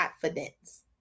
confidence